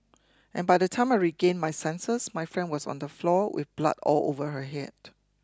and by the time I regained my senses my friend was on the floor with blood all over her head